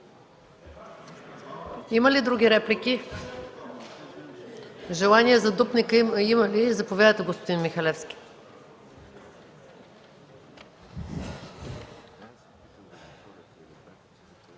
Има ли други реплики? Желание за дуплика има ли? Господин Михалевски,